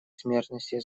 смертности